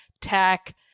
tech